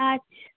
আচ্ছা